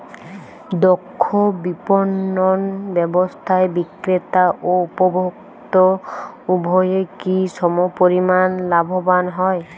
দক্ষ বিপণন ব্যবস্থায় বিক্রেতা ও উপভোক্ত উভয়ই কি সমপরিমাণ লাভবান হয়?